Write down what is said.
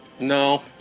no